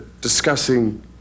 discussing